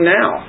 now